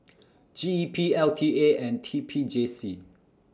G E P L T A and T P J C